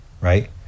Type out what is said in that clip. Right